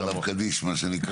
אומרים עליו קדיש, מה שנקרא.